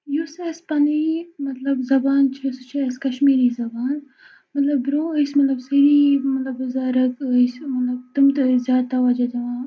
یُس اَسہِ پَنٕنۍ مطلب زَبان چھِ سُہ چھِ اَسہِ کَشمیٖری زبان مطلب برونٛہہ ٲسۍ مطلب سٲری مطلب بُزَرگ ٲسۍ مطلب تِم تہِ ٲسۍ زیادٕ تَوَجہ دِوان